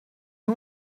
wir